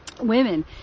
women